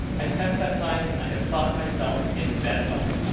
and since that time, i have thought myself in bedlam.